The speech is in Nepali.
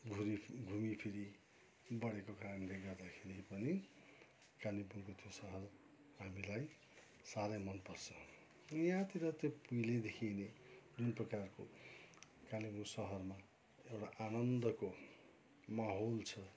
घुरी घुमीफिरी बढेको कारणले गर्दाखेरि पनि कालिम्पोङको त्यो सहर हामीलाई साह्रै मनपर्छ यहाँतिर त्यो उहिलैदेखि नै जुन प्रकारको कालिम्पोङ सहरमा एउटा आनन्दको माहौल छ